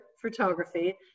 Photography